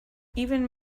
even